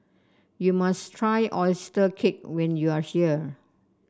you must try oyster cake when you are here